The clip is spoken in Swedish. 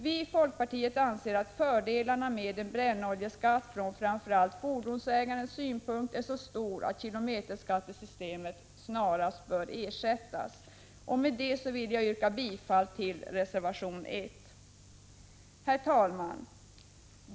Vii folkpartiet anser att fördelarna med en brännoljeskatt från framför allt fordonsägarnas synpunkt är så stora att kilometerskattesystemet snarast bör ersättas. Med det anförda yrkar jag bifall till reservation 1. Herr talman!